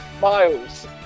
Miles